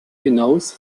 hinaus